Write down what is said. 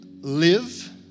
live